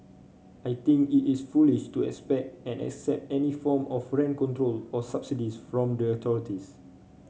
I think it is foolish to expect and accept any form of rent control or subsidies from the authorities